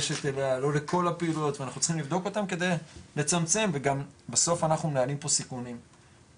הפעילות וגם אנחנו בודקים למשל שימושים חורגים בנחלות,